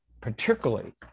particularly